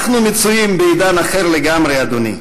אנחנו מצויים בעידן אחר לגמרי, אדוני.